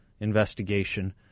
Investigation